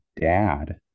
dad